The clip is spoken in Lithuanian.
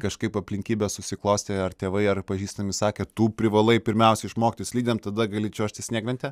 kažkaip aplinkybės susiklostė ar tėvai ar pažįstami sakė tu privalai pirmiausia išmokti slidėm tada gali čiuožti snieglente